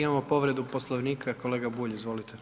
Imamo povredu Poslovnika kolega Bulj, izvolite.